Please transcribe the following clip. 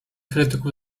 krytyków